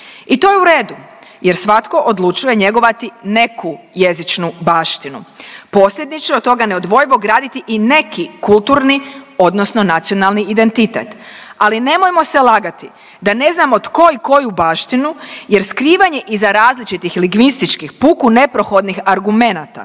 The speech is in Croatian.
I to je u redu jer svatko odlučuje njegovati neku jezičnu baštinu. Posljedično od toga je neodvojivo graditi i neki kulturni odnosno nacionalni identitet, ali nemojmo se lagati da ne znamo tko i koju baštinu jer skrivanje iza različitih lingvističkih puku neprohodnih argumenata